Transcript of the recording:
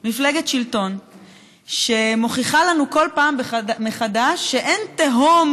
מפלגת שלטון שמוכיחה לנו כל פעם מחדש שאין תהום